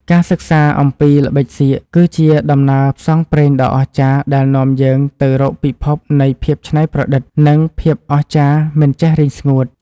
ការសិក្សាអំពីល្បិចសៀកគឺជាដំណើរផ្សងព្រេងដ៏អស្ចារ្យដែលនាំយើងទៅរកពិភពនៃភាពច្នៃប្រឌិត និង ភាពអស្ចារ្យមិនចេះរីងស្ងួត។